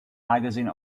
magazine